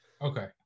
okay